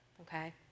Okay